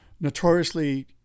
notoriously